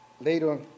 Later